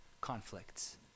conflicts